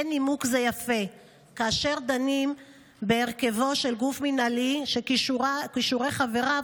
אין נימוק זה יפה כאשר דנים בהרכבו של גוף מינהלי שכישורי חבריו